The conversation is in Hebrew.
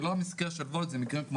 זה לא המקרה של וולט אלא של איזי,